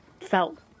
felt